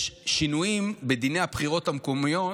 יש שינויים בדיני הבחירות המקומיות,